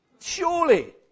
Surely